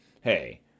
hey